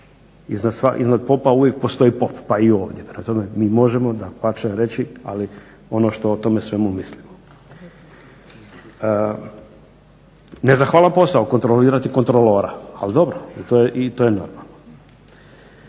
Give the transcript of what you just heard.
iznad Popa uvijek postoji Pop, pa i ovdje. Prema tome, mi možemo dapače reći ali ono što o tome svemu mislimo. Nezahvalan posao kontrolirati kontrolora, ali dobro i to je normalno.